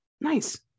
Nice